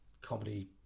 comedy